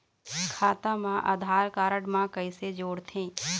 खाता मा आधार कारड मा कैसे जोड़थे?